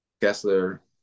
Kessler